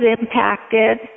impacted